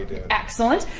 excellent.